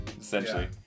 essentially